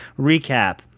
recap